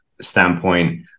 standpoint